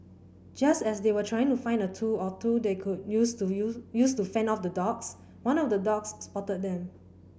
just as they were trying to find a tool or two they could use to use use to fend off the dogs one of the dogs spotted them